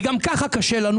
וגם ככה קשה לנו,